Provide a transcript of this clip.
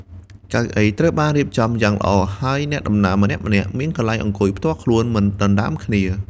កៅអីត្រូវបានរៀបចំយ៉ាងល្អហើយអ្នកដំណើរម្នាក់ៗមានកន្លែងអង្គុយផ្ទាល់ខ្លួនមិនដណ្តើមគ្នា។